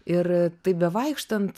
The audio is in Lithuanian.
ir taip bevaikštant